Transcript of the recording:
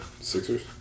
Sixers